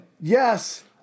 Yes